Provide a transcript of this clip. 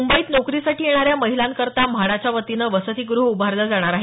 मुंबईत नोकरीसाठी येणाऱ्या महिलांकरता म्हाडाच्या वतीने वसतीगृह उभारलं जाणार आहे